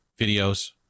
Videos